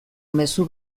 mezu